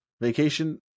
Vacation